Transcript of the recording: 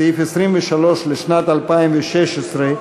סעיף 23 לשנת 2016,